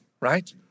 right